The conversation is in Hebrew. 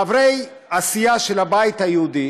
חברי הסיעה של הבית היהודי